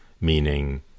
meaning